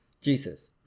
Jesus